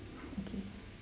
okay